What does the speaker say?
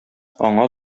аңа